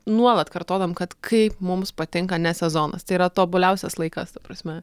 nuolat kartodavom kad kaip mums patinka ne sezonas tai yra tobuliausias laikas ta prasme